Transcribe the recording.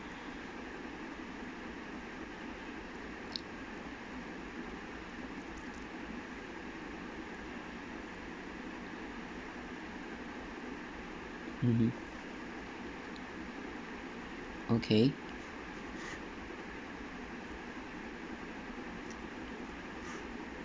mmhmm okay